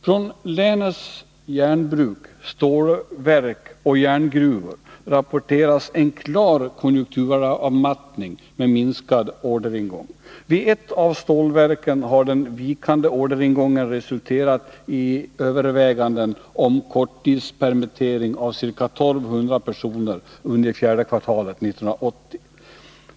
Från länets järnbruk, stålverk och järngruvor rapporteras en klar konjunkturavmattning med minskad orderingång. Vid ett av stålverken har den vikande orderingången resulterat i överväganden om korttidspermittering av ca 1200 personer under fjärde kvartalet 1980.